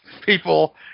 people